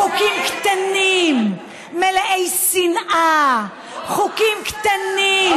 תגידי, חוקים קטנים, מלאי שנאה, חוקים קטנים,